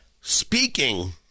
speaking